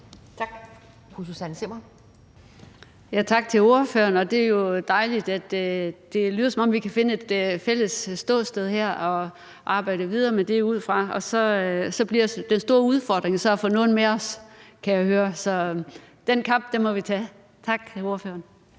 Kl. 18:21 Susanne Zimmer (FG): Tak til ordføreren. Det er jo dejligt, at det lyder, som om vi kan finde et fælles ståsted her og arbejde videre med det. Så bliver den store udfordring at få nogle med os, kan jeg høre. Den kamp må vi tage. Tak til ordføreren.